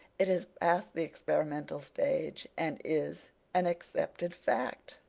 it is past the experimental stage and is an accepted fact.